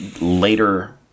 later